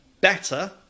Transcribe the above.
better